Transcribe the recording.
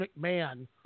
McMahon